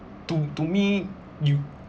to to me you